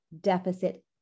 deficit